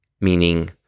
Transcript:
meaning